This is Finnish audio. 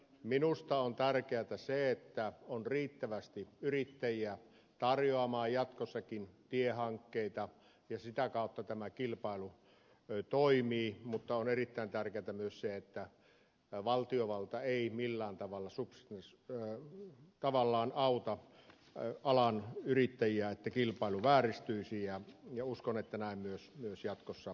minusta on tärkeätä se että on riittävästi yrittäjiä tarjoamaan jatkossakin tiehankkeita ja sitä kautta tämä kilpailu toimii mutta on erittäin tärkeätä myös se että valtiovalta ei millään tavalla sukset myös väärin tavallaan auta alan yrittäjiä että kilpailu vääristyisi ja uskon että näin myös jatkossa tapahtuu